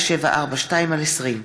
2018,